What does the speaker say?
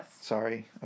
Sorry